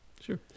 Sure